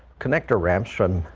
connector ramps run,